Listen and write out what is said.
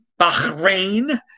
Bahrain